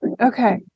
Okay